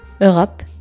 Europe